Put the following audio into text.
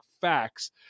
facts